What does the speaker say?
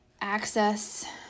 access